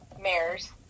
mares